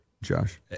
Josh